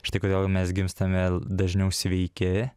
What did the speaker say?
štai kodėl mes gimstame dažniau sveiki